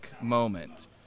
moment